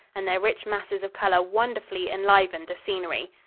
and their rich masses of color wonderfully enlivened the scenery.